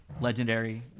legendary